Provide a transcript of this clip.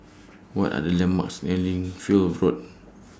What Are The landmarks near Lichfield Road